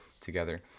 together